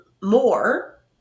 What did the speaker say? more